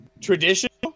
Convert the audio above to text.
Traditional